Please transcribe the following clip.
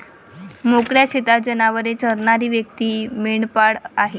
मोकळ्या शेतात जनावरे चरणारी व्यक्ती मेंढपाळ आहे